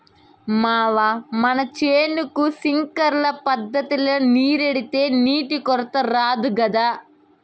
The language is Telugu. మావా మన చేనుకి సింక్లర్ పద్ధతిల నీరెడితే నీటి కొరత రాదు గదా